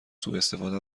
سوءاستفاده